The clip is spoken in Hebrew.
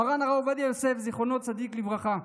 מרן הרב עובדיה יוסף, זכר צדיק לברכה,